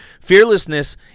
Fearlessness